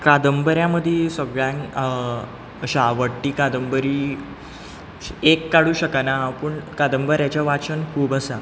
कांदबऱ्यां मदीं सगळ्यांत अशी आवडटी कांदबरी एक काडूंक शकना हांव पूण कांदबऱ्याचें वाचन खूब आसा